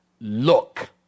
Look